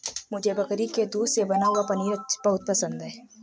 मुझे बकरी के दूध से बना हुआ पनीर बहुत पसंद है